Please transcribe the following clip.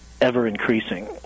ever-increasing